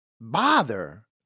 bother